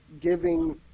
giving